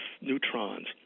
neutrons